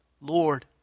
Lord